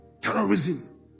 Terrorism